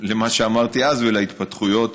למה שאמרתי אז ולהתפתחויות